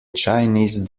chinese